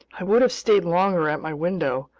i would have stayed longer at my window,